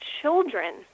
children